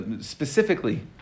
specifically